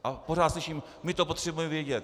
A pořád slyším: My to potřebujeme vědět.